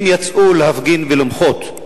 הם יצאו להפגין ולמחות,